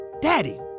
Daddy